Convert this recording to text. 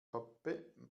pappe